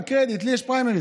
כן, אצלי יש פריימריז.